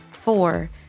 Four